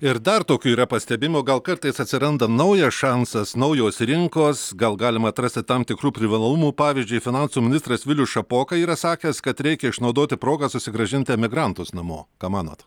ir dar tokių yra pastebimų gal kartais atsiranda naujas šansas naujos rinkos gal galima atrasti tam tikrų privalumų pavyzdžiui finansų ministras vilius šapoka yra sakęs kad reikia išnaudoti progą susigrąžinti emigrantus namo ką manot